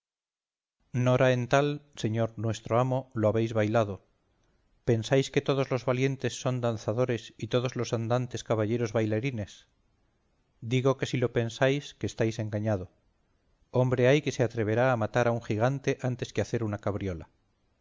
nora en tal señor nuestro amo lo habéis bailado pensáis que todos los valientes son danzadores y todos los andantes caballeros bailarines digo que si lo pensáis que estáis engañado hombre hay que se atreverá a matar a un gigante antes que hacer una cabriola